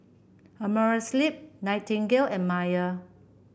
Amerisleep Nightingale and Mayer